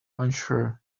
unsure